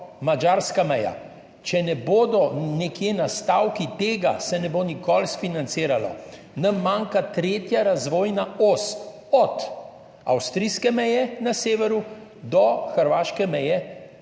madžarska meja. Če ne bodo nekje nastavki tega, se ne bo nikoli sfinanciralo. Nam manjka tretja razvojna os od avstrijske meje na severu do hrvaške meje pri